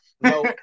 No